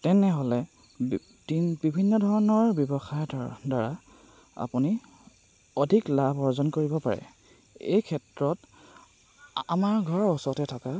তেনেহ'লে তিন বিভিন্ন ধৰণৰ ব্যৱসায়ৰ দ্বাৰা আপুনি অধিক লাভ অৰ্জন কৰিব পাৰে এই ক্ষেত্ৰত আমাৰ ঘৰৰ ওচৰতে থকা